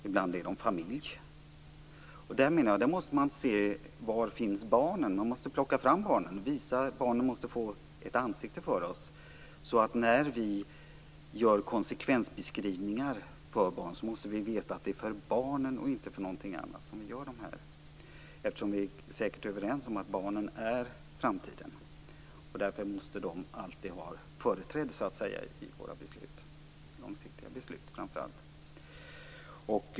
Ibland är de familj. Då menar jag att man måste säga: Var finns barnen? Man måste plocka fram barnen. Man måste visa dem. Barnen måste få ett ansikte för oss. När vi gör konsekvensbeskrivningar som rör barn måste vi veta att det är för barnen och inte för något annat som vi gör dem. Vi är ju säkert överens om att barnen är framtiden. Därför måste de så att säga alltid ha företräde i våra beslut, framför allt i våra långsiktiga beslut.